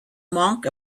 monk